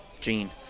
Gene